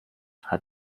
hat